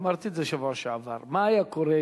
אמרתי את זה בשבוע שעבר: מה היה קורה,